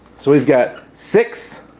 so it's got six,